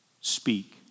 Speak